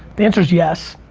the answer's yes.